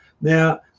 Now